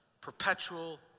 perpetual